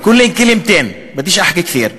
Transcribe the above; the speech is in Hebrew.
(אומר בערבית: